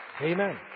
Amen